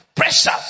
Pressure